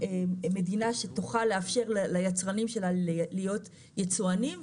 מדינה שתוכל לאפשר ליצרנים שלה להיות יצואנים,